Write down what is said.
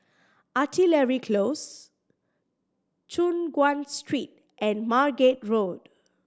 Artillery Close Choon Guan Street and Margate Road